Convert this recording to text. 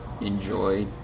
enjoy